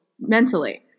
mentally